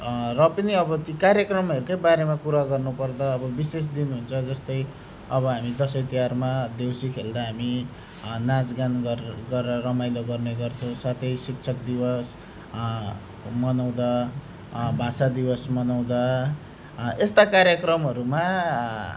र पनि अब ती कार्यक्रमहरकै बारेमा कुरा गर्नुपर्दा अब विशेष दिन हुन्छ जस्तै अब दसैँ तिहारमा देउसी खेल्दा हामी नाचगान गरेर रमाइलो गर्ने गर्छौँ साथै शिक्षक दिवस मनाउँदा भाषा दिवस मनाउँदा यस्ता कार्यक्रमहरूमा